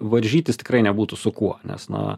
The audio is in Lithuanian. varžytis tikrai nebūtų su kuo nes na